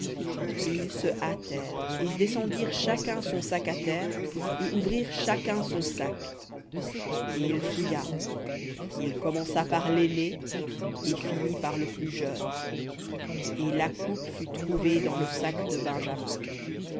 ils se hâtèrent et descendirent chacun son sac à terre et ouvrirent chacun son sac et il fouilla il commença par l'aîné et finit par le plus jeune et la coupe fut trouvée dans le sac de benjamin